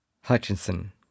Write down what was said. Hutchinson